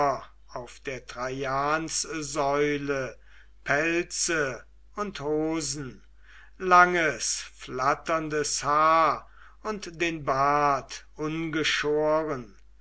auf der traianssäule pelze und hosen langes flatterndes haar und den bart ungeschoren